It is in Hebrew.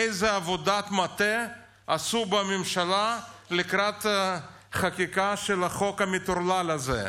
איזו עבודת מטה עשו בממשלה לקראת החקיקה של החוק המטורלל הזה?